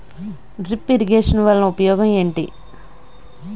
drip irrigation వలన ఉపయోగం ఏంటి